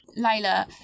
Layla